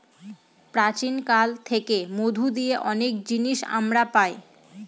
প্রাচীন কাল থেকে মধু দিয়ে অনেক জিনিস আমরা পায়